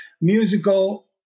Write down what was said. musical